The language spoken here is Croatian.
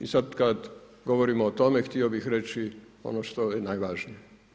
I sad kad govorimo o tome htio bih reći ono što je najvažnije.